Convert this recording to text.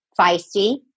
feisty